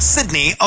Sydney